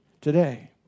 today